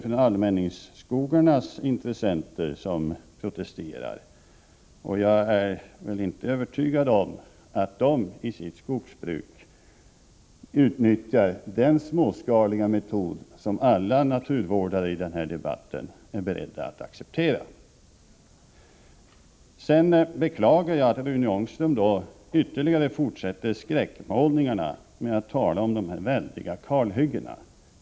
Jag är inte övertygad om att allmänningsskogarnas ägare i sitt skogsbruk tillämpar den småskaliga metod som alla naturvårdare i den här debatten är beredda att acceptera. Jag beklagar att Rune Ångström fortsätter med skräckmålningarna genom att tala om väldiga kalhyggen.